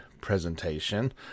presentation